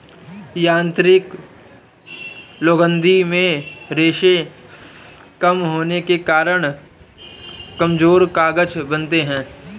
यांत्रिक लुगदी में रेशें कम होने के कारण कमजोर कागज बनता है